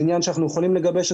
זה עניין שאנחנו יכולים לגבש,